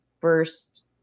first